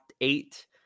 eight